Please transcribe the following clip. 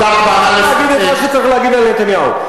צריך להגיד את מה שצריך להגיד על נתניהו.